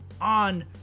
on